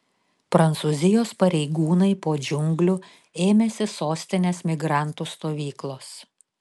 prancūzijos pareigūnai po džiunglių ėmėsi sostinės migrantų stovyklos